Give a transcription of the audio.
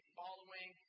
following